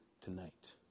tonight